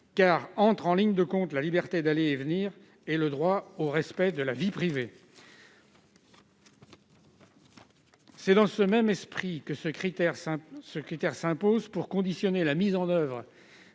car entrent en ligne de compte le droit d'aller et venir et le droit au respect de la vie privée. C'est dans le même esprit que ce critère s'impose pour conditionner la mise en oeuvre